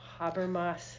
Habermas